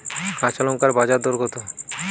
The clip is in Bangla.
কাঁচা লঙ্কার বাজার দর কত?